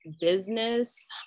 business